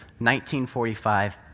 1945